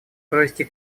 провести